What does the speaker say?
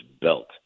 belt